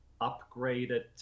upgraded